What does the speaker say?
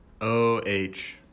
O-H